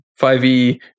5e